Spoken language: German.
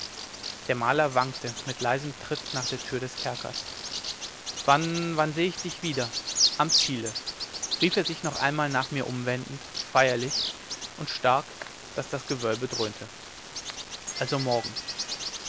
der maler wankte mit leisem tritt nach der tür des kerkers wann wann sehe ich dich wieder am ziele rief er sich noch einmal nach mir umwendend feierlich und stark daß das gewölbe dröhnte also morgen